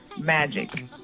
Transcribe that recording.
magic